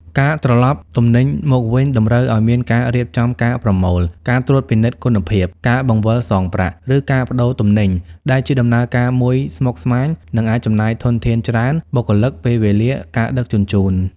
ការត្រឡប់ទំនិញមកវិញតម្រូវឱ្យមានការរៀបចំការប្រមូល ការត្រួតពិនិត្យគុណភាព ការបង្វិលសងប្រាក់ ឬការប្តូរទំនិញ ដែលជាដំណើរការមួយស្មុគស្មាញ និងអាចចំណាយធនធានច្រើន (បុគ្គលិក ពេលវេលា ការដឹកជញ្ជូន)។